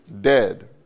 dead